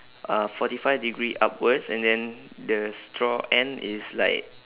uh forty five degree upwards and then the straw end is like